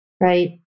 right